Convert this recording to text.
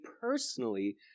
personally